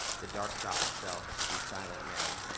the dark shop itself, these silent men,